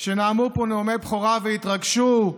שנאמו פה נאומי בכורה, והתרגשו,